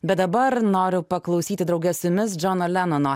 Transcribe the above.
bet dabar noriu paklausyti drauge su jumis džono lenono